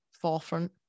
forefront